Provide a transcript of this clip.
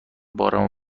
بارمو